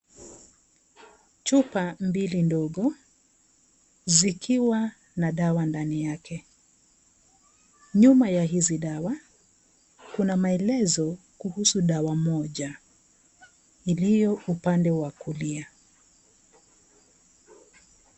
Chupa mbili ndogo zikiwa na dawa ndani yake, nyuma ya hizi dawa kuna maelezo kuhusu dawa moja iliyo upande wa kulia.